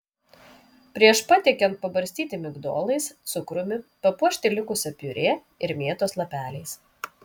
prieš patiekiant pabarstyti migdolais cukrumi papuošti likusia piurė ir mėtos lapeliais